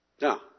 Now